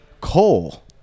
Cole